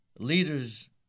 leaders